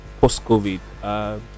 post-COVID